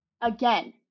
Again